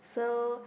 so